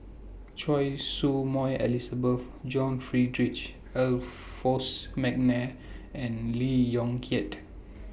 Choy Su Moi Elizabeth John Frederick Adolphus Mcnair and Lee Yong Kiat